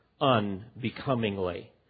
unbecomingly